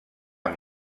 amb